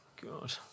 god